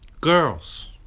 girls